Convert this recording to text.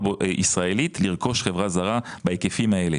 ישראלית לרכוש חברה זרה בהיקפים האלה.